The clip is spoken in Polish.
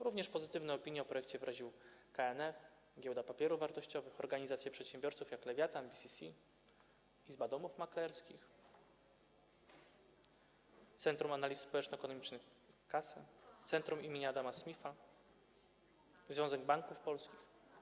Również pozytywne opinie o projekcie wyraziły: KNF, Giełda Papierów Wartościowych, organizacje przedsiębiorców, np. Lewiatan, BCC, Izba Domów Maklerskich, Centrum Analiz Społeczno-Ekonomicznych - CASE, Centrum im. Adama Smitha, Związek Banków Polskich.